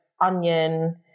onion